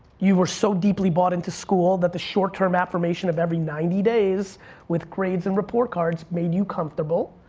you were so deeply bought into school that the short term affirmation of every ninety days with grades and report cards made you comfortable.